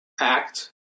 act